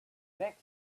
next